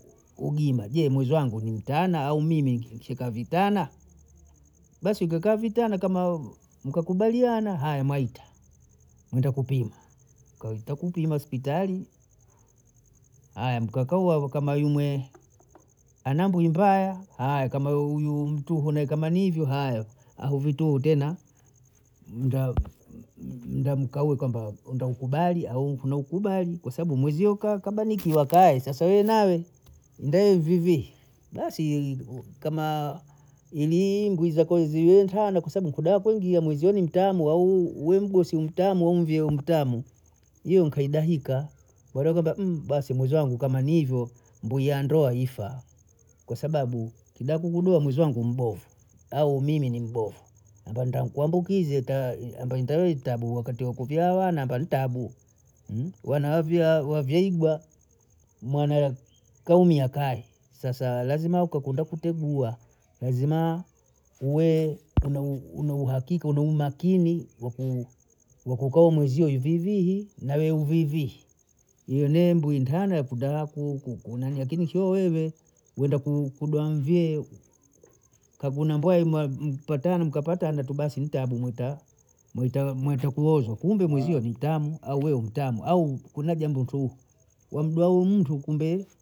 Ugima je mwezi wangu ni utana au mimi nkie ka vitana, basi ngekaa vitana kama m- mkakubaliana haya mwaita Mwenda kupima, ka utakupima spitali, aya mkakaua kama yumwe ana mbuyi mbaya aya, kama huyu mtu kama ni hivyo aya, ahu vituhu tena, nda mkauwe kwamba ndo mkubali au kuna ukubali kwa sabu mwezio kabamikia kaye sasa we nawe nda hivihivi, basi kama ninii mbwizi zako ziwe ntana kwa sabu kudako ingia mwezoni mtamo au uwe mgosi mtamo au myee mtamo, hiyo nkye dahika baadae kama basi mwezi wangu kama ni hivyo mbuya ndoa ifa kwa sababu kibaku kudoa mwezi wangu mbovu au mimi ni mbovu anda ntakuambukize taya amba intahu itabu wakati wa kuvyaa wana amba ni ntabu wana wa vyaa wavyeibwa mbana kaumi akaye sasa lazima ukakwenda kutegua, lazima uwe una uhakika, una umakini wakuka huyu mweziwo hivivii nawe uvivii, iyene mbuyi ntana yatiba yakuku kuna nanii akini sio wende ku- kudoa mvyee, kakuna mbwai umem patana mkapatana tu basi ntabu mwaita mwaita mwaita kuozwa kumbe mwezio ni ntamu au we ntamu au kuna jambo tu wamubwau mtu kumbe